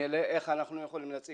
איך מוכיחים את הסכנה הזאת?